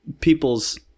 people's